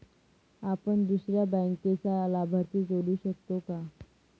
आपण दुसऱ्या बँकेचा लाभार्थी जोडू शकतो का?